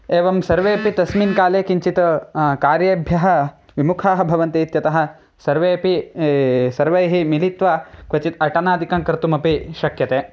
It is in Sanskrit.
एवं सर्वेपि तस्मिन्काले किञ्चित् कार्येभ्यः विमुखाः भवन्ति इत्यतः सर्वेऽपि सर्वैः मिलित्वा क्वचित् अटनादिकं कर्तुम् अपि शक्यते